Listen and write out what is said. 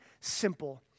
simple